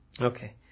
Okay